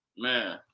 man